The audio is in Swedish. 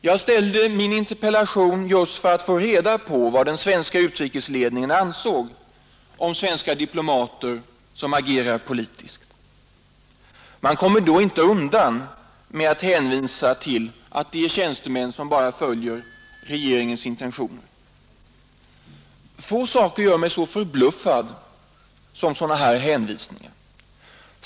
Jag framställde min interpellation för att få reda på vad den svenska utrikesledningen ansåg om svenska diplomater som agerar politiskt. Man kommer då inte undan med att hänvisa till att de är tjänstemän som bara följer regeringens intentioner. Få saker gör mig så förbluffad som sådana här hänvisningar.